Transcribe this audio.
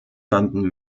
fanden